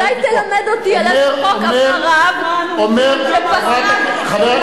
אולי תלמד אותי על איזה חוק עבר רב שפסק הלכה,